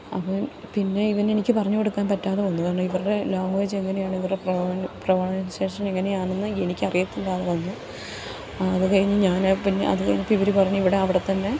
അപ്പം പിന്നെ ഇവന് എനിക്ക് പറഞ്ഞു കൊടുക്കാൻ പറ്റാതെ വന്നു കാരണം ഇവരുടെ ലാംഗ്വേജ് എങ്ങനെയാണ് ഇവരുടെ പ്രവണസേഷൻ എങ്ങനെയാണെന്ന് എനിക്കറിയത്തില്ലാതെ വന്നു അത് കഴിഞ്ഞ് ഞാൻ പിന്നെ അത് കഴിഞ്ഞപ്പം ഇവർ പറഞ്ഞ് ഇവിടെ അവിടെത്തന്നെ